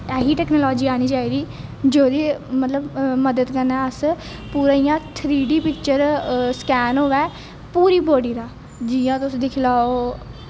ऐसी technology आनी चाहिदी जेह्दी मतलब मदद कन्नै अस पूरी इ'यां थ्री डी पिक्चर स्कैन होऐ पूरी बॉडी दा जियां तुस दिक्खी लैओ